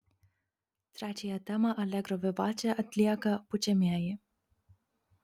trečiąją temą alegro vivače atlieka pučiamieji